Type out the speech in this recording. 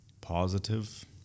positive